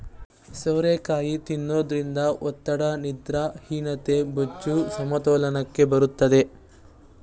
ಸೋರೆಕಾಯಿ ತಿನ್ನೋದ್ರಿಂದ ಒತ್ತಡ, ನಿದ್ರಾಹೀನತೆ, ಬೊಜ್ಜು, ಸಮತೋಲನಕ್ಕೆ ಬರುತ್ತದೆ